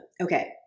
okay